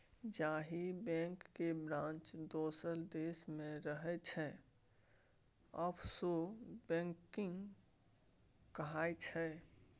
जाहि बैंक केर ब्रांच दोसर देश मे रहय छै आफसोर बैंकिंग कहाइ छै